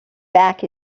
back